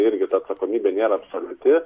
irgi ta atsakomybė nėra absoliuti